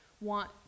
want